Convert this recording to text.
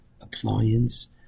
appliance